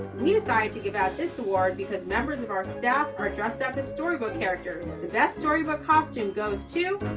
we decided to give out this award because members of our staff are dressed up as storybook characters. the best storybook costume goes to.